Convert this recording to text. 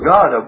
God